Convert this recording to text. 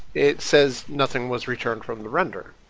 it says nothing was returned from the render.